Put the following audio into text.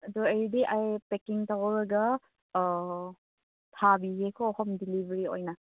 ꯑꯗꯨ ꯑꯩꯗꯤ ꯑꯩ ꯄꯦꯛꯀꯤꯡ ꯇꯧꯔꯒ ꯊꯥꯕꯤꯒꯦꯀꯣ ꯍꯣꯝ ꯗꯦꯂꯤꯕꯔꯤ ꯑꯣꯏꯅ